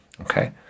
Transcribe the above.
okay